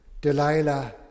Delilah